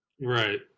right